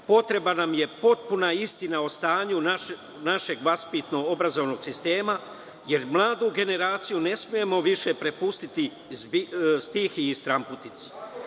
potrebna nam je potpuna istina o stanju našeg vaspitno-obrazovnog sistema, jer mladu generaciju ne smemo više prepustiti stihiji i stranputici.